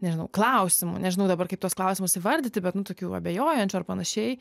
nežinau klausimų nežinau dabar kaip tuos klausimus įvardyti bet nu tokių abejojančių ar panašiai